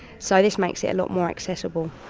so this makes it a lot more accessible.